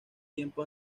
tiempo